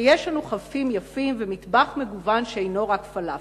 שיש לנו חופים יפים ומטבח מגוון שאינו רק פלאפל.